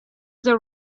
the